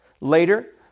Later